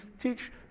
teach